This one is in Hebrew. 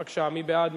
בבקשה, מי בעד?